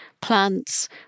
plants